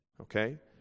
Okay